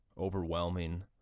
overwhelming